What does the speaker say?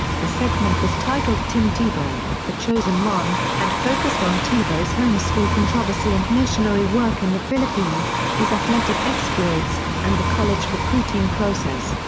the segment was titled tim tebow the chosen one, and focused on tebow's home school controversy and missionary work in the philippines, his athletic exploits, and the college recruiting process.